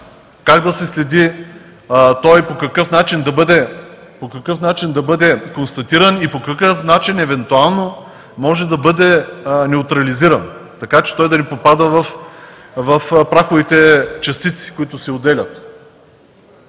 Как да се следи той? По какъв начин да бъде констатиран и по какъв начин евентуално може да бъде неутрализиран, така че той да не попада в праховите частици, които се отделят.